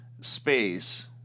space